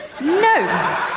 No